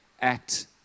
act